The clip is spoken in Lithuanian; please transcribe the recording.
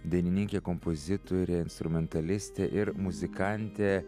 dainininkė kompozitorė instrumentalistė ir muzikantė